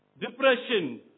depression